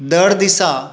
दर दिसा